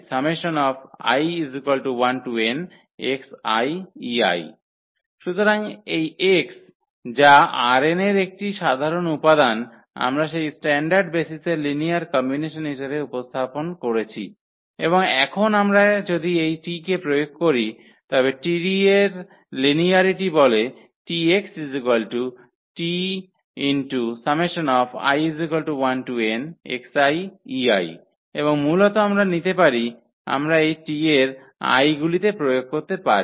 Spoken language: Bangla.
সুতরাং এই x যা ℝn এর একটি সাধারণ উপাদান আমরা সেই স্ট্যান্ডার্ড বেসিসের লিনিয়ার কম্বিনেশন হিসাবে উপস্থাপন করেছি এবং এখন আমরা যদি এই T কে প্রয়োগ করি তবে 𝑇 এর লিনিয়ারিটি বলে এবং মূলত আমরা নিতে পারি আমরা এই T এর i গুলিতে প্রয়োগ করতে পারি